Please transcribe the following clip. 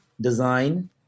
design